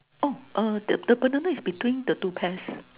oh uh the banana is between the two pairs